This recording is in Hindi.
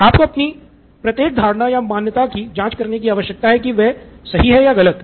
आपको अपनी प्रत्येक धारणा या मान्यता की जांच करने की आवश्यकता है कि क्या वे सही हैं या गलत हैं